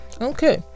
okay